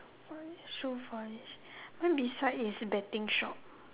why so then beside it is betting shop